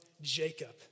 Jacob